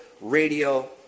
radio